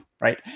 Right